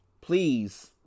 please